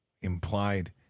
implied